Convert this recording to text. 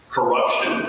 Corruption